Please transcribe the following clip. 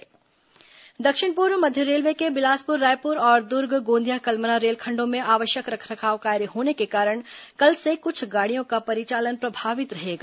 train रद्द दक्षिण पूर्व मध्य रेलवे के बिलासपुर रायपुर और दुर्ग गोंदिया कलमना रेल खंडो में आवश्यक रखरखाव कार्य होने के कारण कल से कुछ गाड़ियों का परिचालन प्रभावित रहेगा